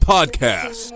Podcast